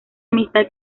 amistad